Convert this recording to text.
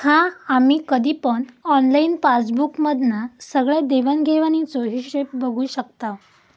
हा आम्ही कधी पण ऑनलाईन पासबुक मधना सगळ्या देवाण घेवाणीचो हिशोब बघू शकताव